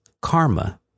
karma